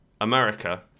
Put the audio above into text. America